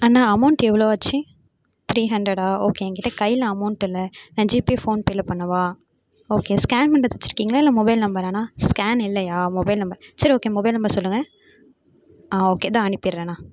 அண்ணா amount எவ்வளோ ஆச்சு three ஹண்ட்ரட்டா ஓகே என்கிட்டே கையில் அமௌண்ட் இல்லை நான் ஜிபே ஃபோன் பேயில் பண்ணவா ஓகே ஸ்கேன் பண்ணுறது வச்சுருக்கீங்களா இல்லை மொபைல் நம்பராண்ணா ஸ்கேன் இல்லையா மொபைல் நம்பர் சரி ஓகே மொபைல் நம்பரை சொல்லுங்க ஆ ஓகே இதோ அனுப்பிடுறேன்ண்ணா